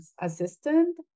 assistant